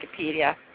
Wikipedia